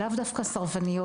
לאו דווקא סרבניות,